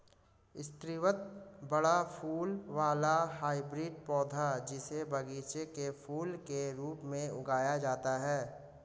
स्रीवत बड़ा फूल वाला हाइब्रिड पौधा, जिसे बगीचे के फूल के रूप में उगाया जाता है